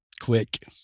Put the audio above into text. quick